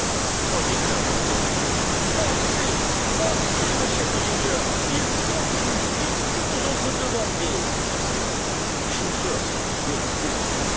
en éclatant de rire forcez forcez monsieur l'ingénieur il faut que nous filions entre deux bordées les chauffeurs activaient les fourneaux